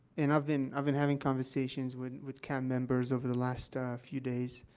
and i've been i've been having conversations with with cab members over the last, ah, few days